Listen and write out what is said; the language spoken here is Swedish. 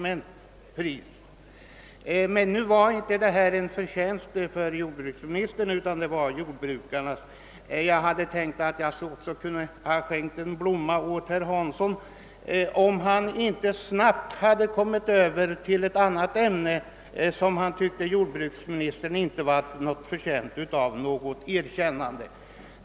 Men nu var inte detta jordbruksministerns förtjänst utan det var jordbrukarnas. Jag hade tänkt skänka en blomma också till herr Hansson, om han inte snabbt kommit över till ett annat ämne, där han tyckte att jordbruksministern inte var förtjänt av något erkännande.